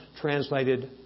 translated